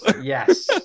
Yes